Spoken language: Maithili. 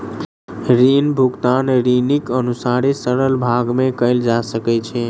ऋण भुगतान ऋणीक अनुसारे सरल भाग में कयल जा सकै छै